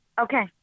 Okay